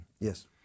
Yes